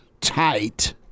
tight